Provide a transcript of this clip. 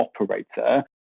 operator